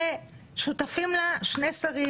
ששותפים לה שני שרים,